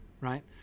right